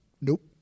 Nope